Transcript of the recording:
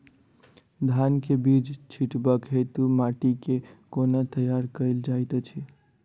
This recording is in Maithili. धान केँ बीज छिटबाक हेतु माटि केँ कोना तैयार कएल जाइत अछि?